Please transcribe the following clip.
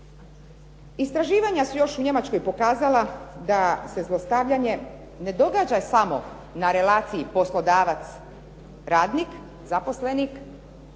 Istraživanja su još u Njemačkoj pokazala da se zlostavljanje ne događa samo na relaciji poslodavac-radnik, zaposlenik